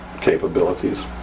capabilities